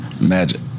Magic